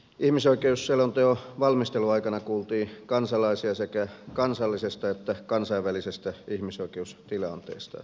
ihmisoikeusselonteon valmistelun aikana kuultiin kansalaisia sekä kansallisesta että kansainvälisestä ihmisoikeustilanteesta